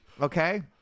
Okay